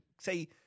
say